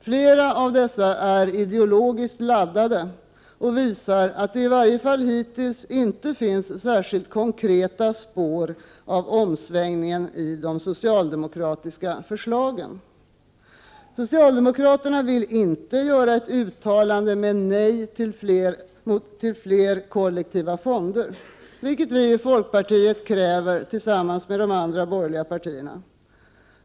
Flera av dessa är ideologiskt laddade och visar att det i varje fall hittills inte finns särskilt konkreta spår av omsvängningen i de socialdemokratiska förslagen. Socialdemokraterna vill inte göra ett uttalande med nej till fler kollektiva fonder, vilket vi i folkpartiet kräver tillsammans med de andra borgerliga partierna.